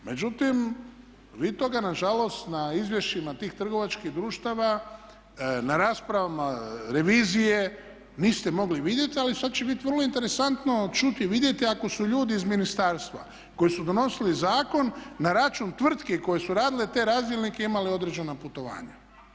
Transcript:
Međutim, vi toga na žalost na izvješćima tih trgovačkih društava na raspravama revizije niste mogli vidjeti, ali sad će bit vrlo interesantno čuti i vidjeti ako su ljudi iz ministarstva koji su donosili zakon na račun tvrtki koje su radile te razdjelnike imali određena putovanja.